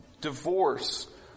divorce